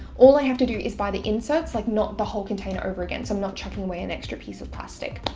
all i have to do is buy the inserts, like not the whole container over again. so i'm not chucking away an extra piece of plastic.